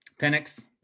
Penix